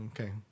Okay